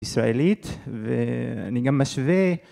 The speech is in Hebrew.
ישראלית ואני גם משווה